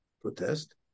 protest